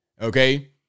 Okay